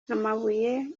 amabuye